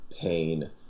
Pain